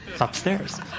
upstairs